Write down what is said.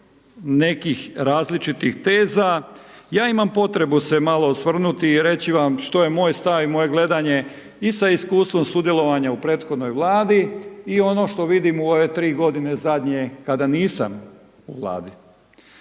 nekih različitih teza, je imam potrebu se malo osvrnuti i treći vam što je moj stav i moje gledanje i sa iskustvom sudjelovanja u prethodnoj vladi i ono što vidim u ove 3 g. zadnje, kada nisam u vladi.